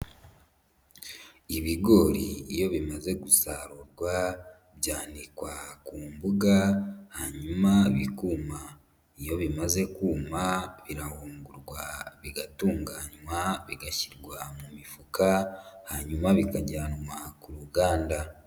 Ibigori iyo bimaze gusarurwa byannikwa ku mbuga hanyuma bikuma, iyo bimaze kuma birahungurwa bigatunganywa bigashyirwa mu mifuka, hanyuma bikajyanwa ku ruganda.